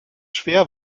schwer